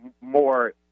more